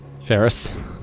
Ferris